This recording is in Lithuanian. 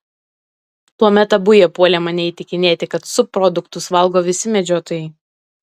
tuomet abu jie puolė mane įtikinėti kad subproduktus valgo visi medžiotojai